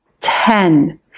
ten